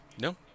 No